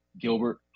Gilbert